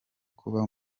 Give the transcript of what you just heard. kuba